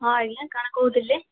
ହଁ ଆଜ୍ଞା କାଣା କହୁଥିଲେ